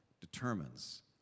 determines